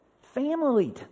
Family